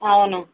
అవును